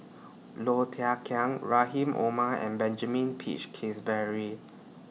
Low Thia Khiang Rahim Omar and Benjamin Peach Keasberry